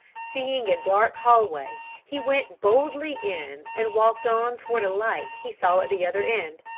seeing a dark hall-way, he went boldly in, and walked on toward a light he saw at the other end.